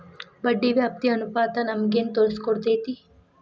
ಬಡ್ಡಿ ವ್ಯಾಪ್ತಿ ಅನುಪಾತ ನಮಗೇನ್ ತೊರಸ್ಕೊಡ್ತೇತಿ?